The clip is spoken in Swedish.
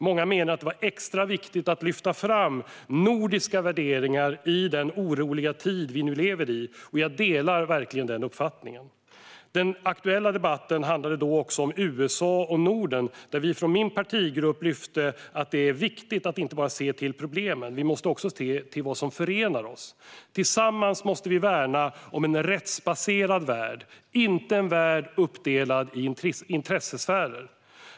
Många menade att det var extra viktigt att lyfta fram nordiska värderingar i den oroliga tid som vi nu lever i, och jag delar verkligen den uppfattningen. Den aktuella debatten handlade om USA och Norden där vi från min partigrupp lyfte att det är viktigt att inte bara se till problemen. Vi måste också se till vad som förenar oss. Tillsammans måste vi värna om en rättsbaserad värld, inte en värld uppdelad i intressesfärer.